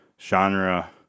genre